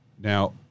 Now